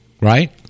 Right